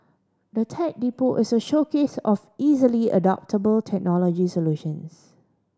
the Tech Depot is a showcase of easily adoptable technology solutions